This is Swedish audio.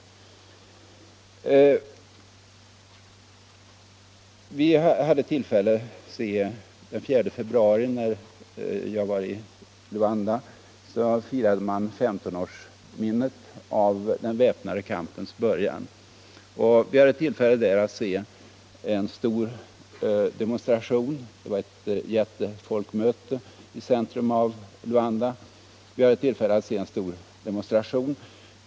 Medan jag var i Luanda firade man, den 4 februari, 15-årsminnet av den väpnade kampens början. Det var ett jättefolkmöte i centrum av Luanda. Vi hade tillfälle att se en stor demonstration.